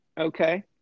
Okay